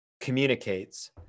communicates